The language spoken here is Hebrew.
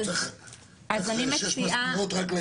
צריך שש מזכירות,